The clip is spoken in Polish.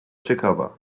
ciekawa